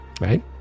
right